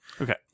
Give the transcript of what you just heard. Okay